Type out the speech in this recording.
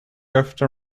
after